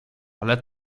ale